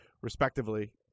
respectively